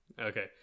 Okay